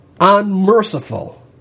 unmerciful